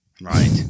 Right